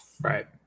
Right